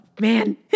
man